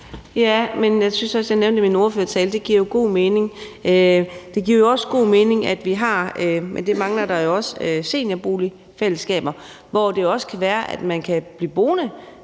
jeg nævnte i min ordførertale, at det jo giver god mening. Det giver også god mening, at vi har, men det mangler der jo også, seniorbofællesskaber, hvor det kan være, at man kan blive boende